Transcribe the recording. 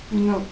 no